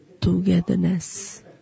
togetherness